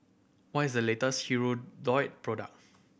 what is the latest Hirudoid product